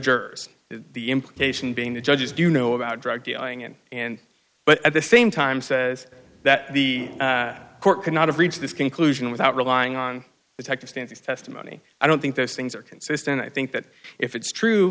jersey the implication being that judges do know about drug dealing in and but at the same time says that the court could not have reached this conclusion without relying on detective standees testimony i don't think those things are consistent i think that if it's true